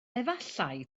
efallai